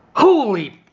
holy.